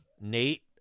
Nate